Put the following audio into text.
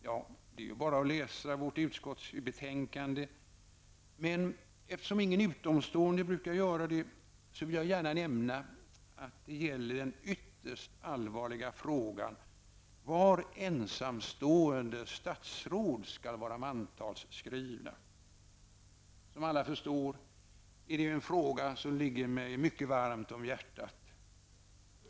Ja, det är bara att läsa vårt utskottsbetänkande, men eftersom ingen utomstående brukar göra det vill jag nämna att det gäller den ytterst allvarliga frågan var ensamstående statsråd skall vara mantalsskrivna. Som alla förstår är det en fråga som ligger mig mycket varmt om hjärtat.